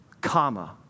comma